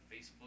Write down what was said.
Facebook